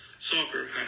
soccer